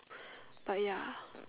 but ya